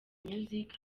music